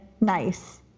Nice